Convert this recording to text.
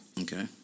Okay